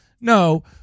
No